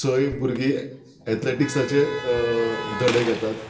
सगलीं भुरगीं एथलेटिक्साचे धडे घेतात